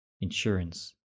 Insurance